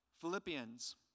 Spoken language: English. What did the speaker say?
Philippians